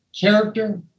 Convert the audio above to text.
character